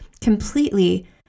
completely